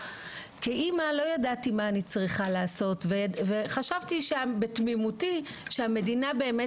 כאימא לא ידעתי מה אני צריכה לעשות וחשבתי בתמימותי שהמדינה באמת